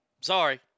Sorry